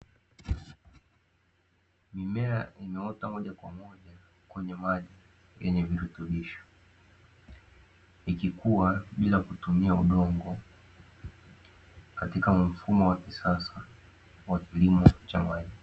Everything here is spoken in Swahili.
Mimea imeota moja kwa moja kwenye maji yenye virutubisho, ikikua bila kutumia udongo katika mfumo wa kisasa wa kilimo cha maji.